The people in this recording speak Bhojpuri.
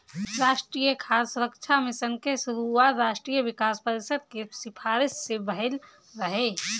राष्ट्रीय खाद्य सुरक्षा मिशन के शुरुआत राष्ट्रीय विकास परिषद के सिफारिस से भइल रहे